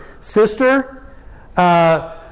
sister